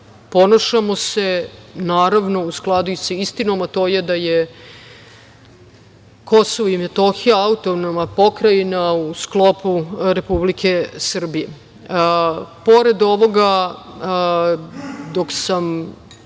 ponašamo se naravno i u skladu sa istinom, a to je da je Kosovo i Metohija Autonomna pokrajina u sklopu Republike Srbije. Pored ovoga, dok sam